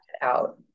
out